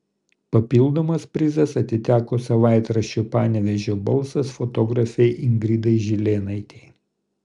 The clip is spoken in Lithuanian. papildomas prizas atiteko savaitraščio panevėžio balsas fotografei ingridai žilėnaitei